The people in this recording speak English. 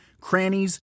crannies